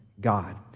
God